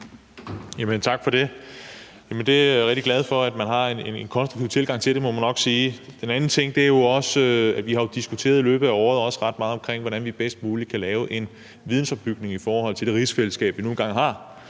Tak for det. Jeg er rigtig glad for, at man har en konstruktiv tilgang til det. Det må man nok sige. Den anden ting, vi har diskuteret ret meget i løbet af året, er, hvordan vi bedst muligt kan lave en vidensopbygning hos de tre folk og i de tre